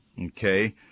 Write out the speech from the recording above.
okay